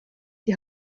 die